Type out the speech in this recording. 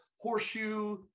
horseshoe